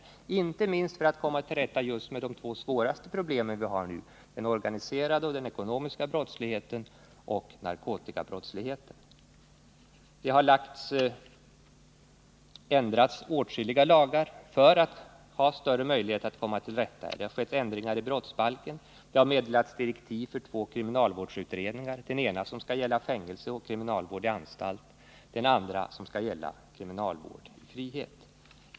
Detta har skett inte minst för att vi skall komma till rätta med våra just nu två största problem: den organiserade och ekonomiska brottsligheten samt narkotikabrottsligheten. Åtskilliga lagar har ändrats för att vi skall få större möjligheter att komma till rätta med dessa typer av brottslighet. Det har gjorts ändringar i brottsbalken, och det har meddelats direktiv för två kriminalvårdsutredningar — den ena avseende fängelse och kriminalvård i anstalt, den andra avseende kriminalvård i frihet.